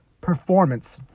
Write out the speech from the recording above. performance